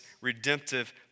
redemptive